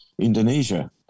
Indonesia